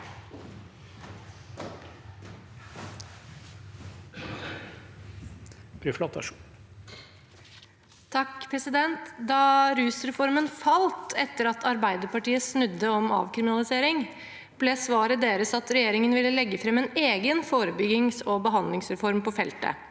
Da rusreformen falt, etter at Arbeiderpartiet snudde om avkriminalisering, ble svaret deres at regjeringen ville legge fram en egen forebyggings- og behandlingsreform på feltet,